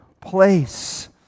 place